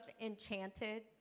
Enchanted